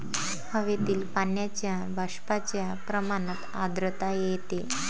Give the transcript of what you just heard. हवेतील पाण्याच्या बाष्पाच्या प्रमाणात आर्द्रता येते